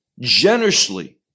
generously